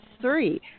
three